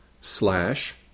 slash